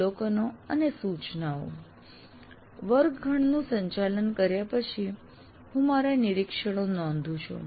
અવલોકનો અને સૂચનાઓ વર્ગખંડનું સંચાલન કર્યા પછી હું મારા નિરીક્ષણો નોંધું છું